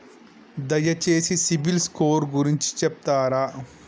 దయచేసి సిబిల్ స్కోర్ గురించి చెప్తరా?